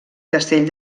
castell